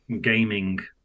gaming